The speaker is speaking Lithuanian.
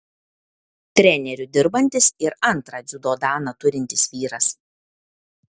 treneriu dirbantis ir antrą dziudo daną turintis vyras